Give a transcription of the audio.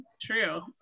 True